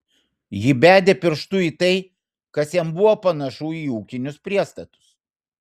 ji bedė pirštu į tai kas jam buvo panašu į ūkinius priestatus